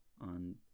on